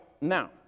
Now